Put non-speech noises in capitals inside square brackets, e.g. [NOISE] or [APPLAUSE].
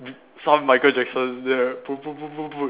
d~ some Michael Jackson then [NOISE]